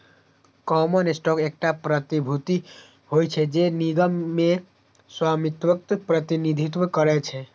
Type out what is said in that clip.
common stock एकटा प्रतिभूति होइ छै, जे निगम मे स्वामित्वक प्रतिनिधित्व करै छै